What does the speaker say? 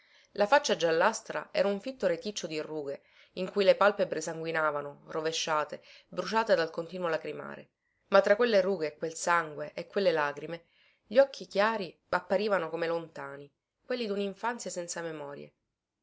la faccia giallastra era un fitto reticcio di rughe in cui le palpebre sanguinavano rovesciate bruciate dal continuo lacrimare ma tra quelle rughe e quel sangue e quelle lagrime gli occhi chiari apparivano come lontani quelli dun infanzia senza memorie